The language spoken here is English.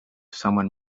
someone